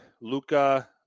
Luca